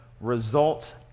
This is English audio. results